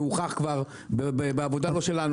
זה הוכח בעבודה לא שלנו,